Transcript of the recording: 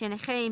שנכה עם